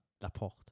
Laporte